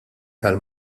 tal